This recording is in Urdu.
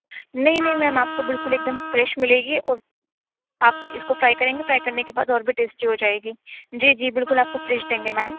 نہیں نہیں میم آپ کو بالکل ایک دم فریش ملے گی اور آپ اس اس کو فرائی کریں گے فرائی کرنے کے بعد اور بھی ٹیسٹی ہو جائے گی جی جی بالکل آپ کو فریش دیں گے میم